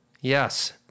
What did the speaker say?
Yes